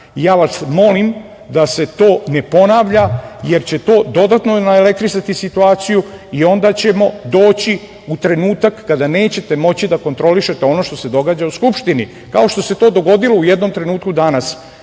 Ja vas molim da se to ne ponavlja, jer će to dodatno naelektrisati situaciju i onda ćemo doći u trenutak kada nećete moći da kontrolišete ono što se događa u Skupštini, kao što se to dogodilo u jednom trenutku danas. Ja